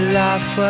laugh